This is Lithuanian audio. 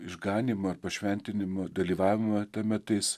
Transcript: išganymą pašventinimą dalyvavimą tame tais